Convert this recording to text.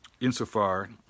insofar